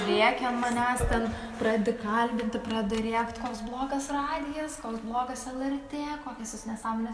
rėkia an manęs ten pradedi kalbinti pradeda rėkt koks blogas radijas koks blogas lrt kokias jūs nesąmones